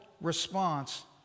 response